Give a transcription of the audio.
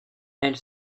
elle